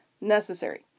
necessary